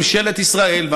ממשלת ישראל,